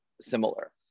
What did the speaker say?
similar